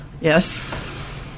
Yes